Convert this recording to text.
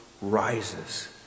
rises